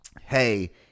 hey